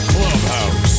Clubhouse